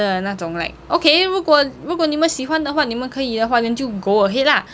的那种 like okay 如果如果你们喜欢的话你们可以的话就 go ahead lah